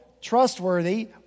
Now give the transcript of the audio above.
trustworthy